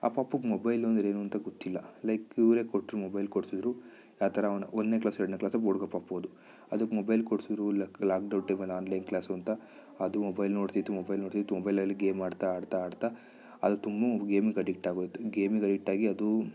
ಆ ಪಾಪುಗೆ ಮೊಬೈಲು ಅಂದ್ರೆ ಏನು ಅಂತ ಗೊತ್ತಿಲ್ಲ ಲೈಕ್ ಇವರೆ ಕೊಟ್ರು ಮೊಬೈಲ್ ಕೊಡಿಸಿದ್ರು ಯಾ ಥರ ಅವ್ನು ಒಂದ್ನೇ ಕ್ಲಾಸ್ ಎರಡನೇ ಕ್ಲಾಸ್ ಒಬ್ಬ ಹುಡ್ಗ ಪಾಪು ಅದು ಅದಕ್ಕೆ ಮೊಬೈಲ್ ಕೊಡ್ಸಿರೂ ಲಕ್ ಲಾಕ್ ಡೌನ್ ಟೈಮಲ್ಲಿ ಆನ್ ಲೈನ್ ಕ್ಲಾಸು ಅಂತ ಅದು ಮೊಬೈಲ್ ನೋಡ್ತಿತ್ತು ಮೊಬೈಲ್ ನೋಡ್ತಿತ್ತು ಮೊಬೈಲಲ್ಲಿ ಗೇಮ್ ಆಡ್ತಾ ಆಡ್ತಾ ಆಡ್ತಾ ಅದು ತುಮು ಗೇಮಿಗೆ ಅಡಿಕ್ಟ್ ಆಗೋಯ್ತು ಗೇಮಿಗೆ ಅಡಿಕ್ಟಾಗಿ ಅದು